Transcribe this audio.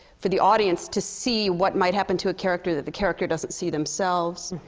for the audience to see what might happen to a character, that the character doesn't see themselves.